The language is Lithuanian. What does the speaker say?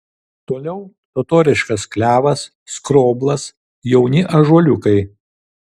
toliau totoriškas klevas skroblas jauni ąžuoliukai